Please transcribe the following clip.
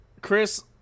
Chris